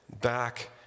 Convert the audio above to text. back